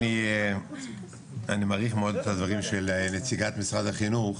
אני מעריך מאוד את הדברים של נציגת משרד החינוך.